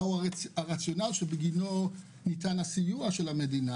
מה הוא הרציונל שבגינו ניתן הסיוע של המדינה,